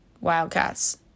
Wildcats